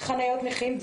חניות נכים,